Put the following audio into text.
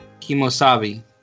kimosabi